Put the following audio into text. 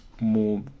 more